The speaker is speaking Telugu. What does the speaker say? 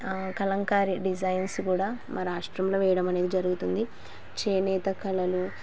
కలంకారీ డిజైన్స్ కూడా మా రాష్ట్రంలో వేయడం అనేది జరుగుతుంది చేనేత కళలు